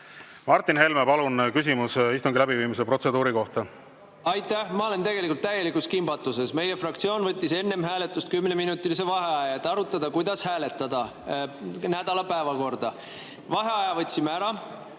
Martin Helme, palun, küsimus istungi läbiviimise protseduuri kohta! Aitäh! Ma olen tegelikult täielikus kimbatuses. Meie fraktsioon võttis enne hääletust kümneminutilise vaheaja, et arutada, kuidas hääletada nädala päevakorda. Vaheaja võtsime ära